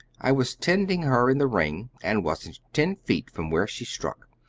i was tending her in the ring and wasn't ten feet from where she struck.